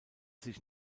sich